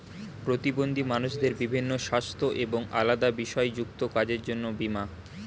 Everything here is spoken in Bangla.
প্রতিবন্ধী মানুষদের বিভিন্ন সাস্থ্য এবং আলাদা বিষয় যুক্ত কাজের জন্য বীমা